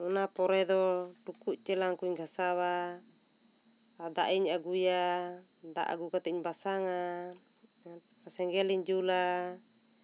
ᱚᱱᱟ ᱯᱚᱨᱮ ᱫᱚ ᱴᱩᱠᱩᱡ ᱪᱮᱞᱟᱝ ᱠᱚᱧ ᱜᱷᱟᱥᱟᱣᱟ ᱫᱟᱜ ᱤᱧ ᱟᱹᱜᱩᱭᱟ ᱫᱟᱜ ᱟᱹᱜᱩ ᱠᱟᱛᱮᱫ ᱤᱧ ᱵᱟᱥᱟᱝᱟ ᱥᱮᱸᱜᱮᱞ ᱤᱧ ᱡᱩᱞᱟ